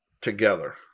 together